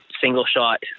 single-shot